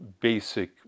basic